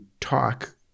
talk